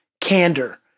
candor